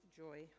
joy